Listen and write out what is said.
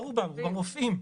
רופאים.